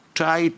try